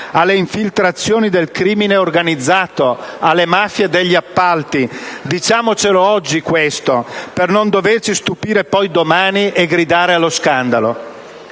alle infiltrazioni del crimine organizzato, alle mafie degli appalti: diciamocelo oggi, per non doverci stupire poi domani e gridare allo scandalo.